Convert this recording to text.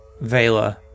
Vela